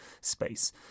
space